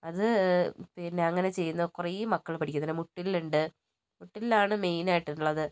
അത് പിന്നേ അങ്ങനെ ചെയ്യുന്നത് കുറേ മക്കൾ പഠിക്കുന്നുണ്ട് മുട്ടിൽ ഉണ്ട് മുട്ടിലിലാണ് മെയിനായിട്ടുള്ളത്